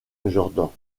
jordan